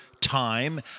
time